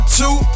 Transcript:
two